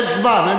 אין זמן.